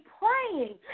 praying